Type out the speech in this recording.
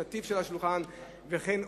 הטיב של השולחן וכו'.